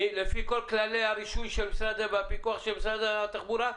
לפי כל כלי הרישוי והפיקוח של משרד התחבורה?